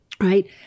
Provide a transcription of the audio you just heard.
right